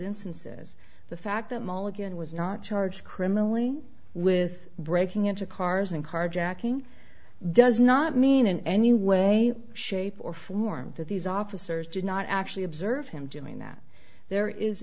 instances the fact that mall again was not charged criminally with breaking into cars and carjacking does not mean in any way shape or form that these officers did not actually observe him doing that there is